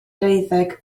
deuddeg